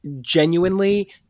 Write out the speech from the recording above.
Genuinely